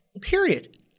period